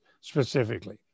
specifically